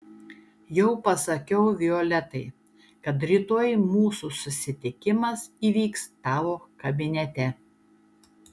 jau pasakiau violetai kad rytoj mūsų susitikimas įvyks tavo kabinete